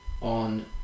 on